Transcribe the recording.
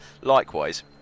likewise